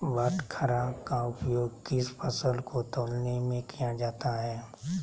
बाटखरा का उपयोग किस फसल को तौलने में किया जाता है?